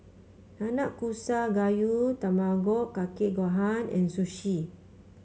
Nanakusa Gayu Tamago Kake Gohan and Sushi